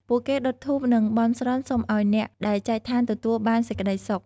ពួកគេដុតធូប និងបន់ស្រន់សុំឲ្យអ្នកដែលចែនឋានទទួលបានសេចក្ដីសុខ។